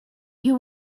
you